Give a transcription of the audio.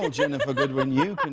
and ginnifer goodwyn, you but